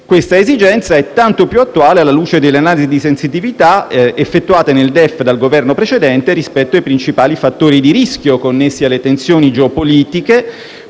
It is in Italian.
Questa esigenza è tanto più attuale alla luce delle analisi di sensitività effettuate nel DEF dal Governo precedente rispetto ai principali fattori di rischio connessi alle tensioni geopolitiche,